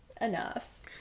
enough